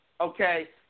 okay